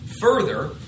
Further